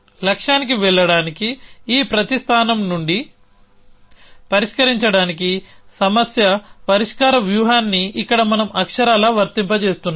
లక్ష్యానికి వెళ్లడానికి ఈ ప్రతి స్థానం నుండి పరిష్కరించడానికి సమస్య పరిష్కార వ్యూహాన్ని ఇక్కడ మనం అక్షరాలా వర్తింపజేస్తున్నాము